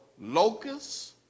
locusts